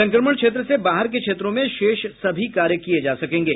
संक्रमण क्षेत्र से बाहर के क्षेत्रों में शेष सभी कार्य किए जा सकेंगे